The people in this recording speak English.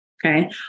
Okay